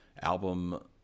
album